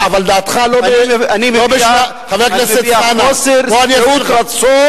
אבל דעתך לא, אני מביע חוסר שביעות רצון